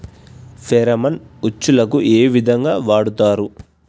Pheromone ఉచ్చులకు ఏ విధంగా వాడుతరు?